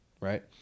right